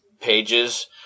pages